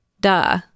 duh